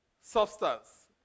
substance